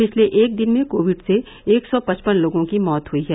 पिछले एक दिन में कोविड से एक सौ पचपन लोगों की मौत हई है